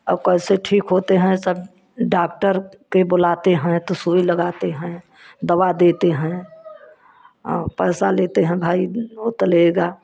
और कैसे ठीक होते हैं सब डाक्टर के बोलते हैं तो सुई लगाते हैं दवा देते हैं और पैसा लेते हैं भाई वह तो लेगा